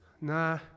Nah